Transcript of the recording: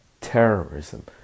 terrorism